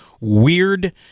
weird